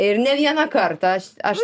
ir ne vieną kartą aš aš